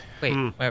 Wait